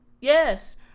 Yes